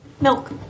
milk